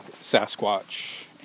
Sasquatch